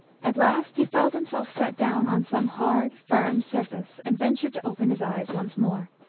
at last he felt himself set down on some hard, firm surface, and ventured to open his eyes once more.